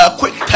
quick